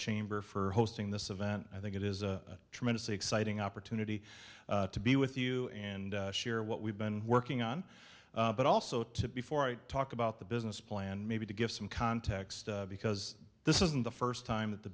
chamber for hosting this event i think it is a tremendously exciting opportunity to be with you and share what we've been working on but also to before i talk about the business plan maybe to give some context because this isn't the first time that the